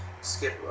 skip